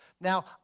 now